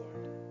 Lord